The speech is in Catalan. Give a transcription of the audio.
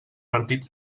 partit